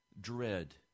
dread